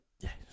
Yes